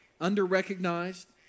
under-recognized